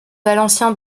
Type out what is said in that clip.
valencia